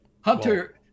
Hunter